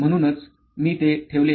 म्हणूनच मी ते ठेवले